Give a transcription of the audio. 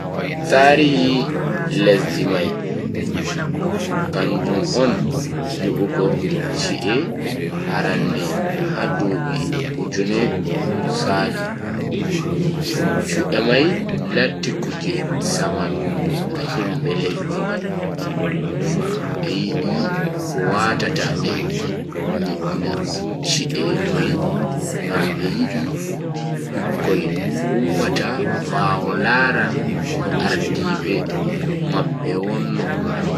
Tarihi lesdi mai kanjum on nyibugo chi'e arande ha dubi ujune ko Sali. chi'e mai latti kuje saman ha himbe lesdi mai be yida ko watata be nyibbina chi'e mai ngam be yidi bikkoi ummata bawo lara no ardiibe mabbe wonno.